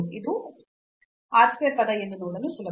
ಮತ್ತು ಇದು r square ಪದ ಎಂದು ನೋಡಲು ಸುಲಭ